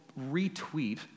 retweet